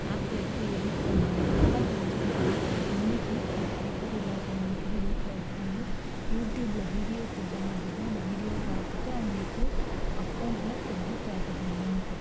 ஆப்பில் எப்படி எடிட் பண்ணணும் அதெல்லாம் தெரிஞ்சுருந்தாலே போதும் இன்றைக்கி ஒரு படிப்பறிவு இல்லாதவங்க கூட வீட்டில் உக்காந்து யூடியூபில் வீடியோ போட்டாங்க அப்படின்னா அந்த வீடியோவை பார்த்துட்டு அவங்களுக்கு அக்கௌண்டில் கிரெடிட் ஆகுது அமௌண்ட்டு